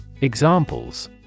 Examples